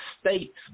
state's